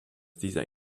dieser